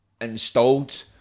installed